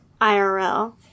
IRL